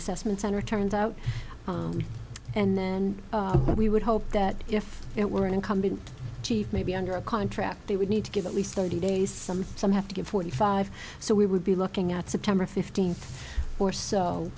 assessment center turned out and then we would hope that if it were an incumbent chief maybe under a contract they would need to give at least thirty days some some have to give forty five so we would be looking at september fifteenth or so